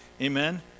Amen